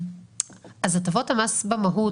הטבות המס במהות,